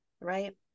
Right